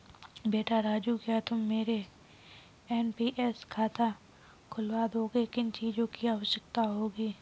बेटा राजू क्या तुम मेरा एन.पी.एस खाता खुलवा दोगे, किन चीजों की आवश्यकता होगी?